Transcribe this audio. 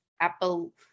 apple